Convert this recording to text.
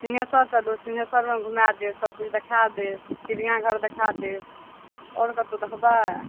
सिंघेस्सर चलू सिंघेश्वरमे घूमाय देब सबकिछु देखा देब चिड़ियाघर देखा देब औरो कतहु देखबय